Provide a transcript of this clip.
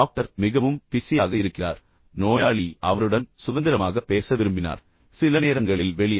doctor மிகவும் பிஸியாக இருக்கிறார் ஆனால் பின்னர் நோயாளி அவருடன் சுதந்திரமாக பேச விரும்பினார் சில நேரங்களில் வெளியே